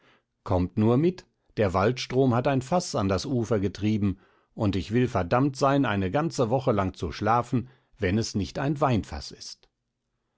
kommt nur mit der waldstrom hat ein faß an das ufer getrieben und ich will verdammt sein eine ganze woche lang zu schlafen wenn es nicht ein weinfaß ist